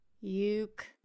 Uke